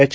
H